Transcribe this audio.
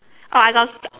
oh I got